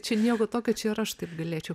čia nieko tokio čia ir aš taip galėčiau